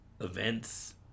events